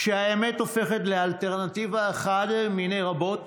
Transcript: כשהאמת הופכת לאלטרנטיבה אחת מני רבות